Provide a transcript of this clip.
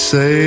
Say